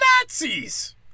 Nazis